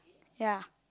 ya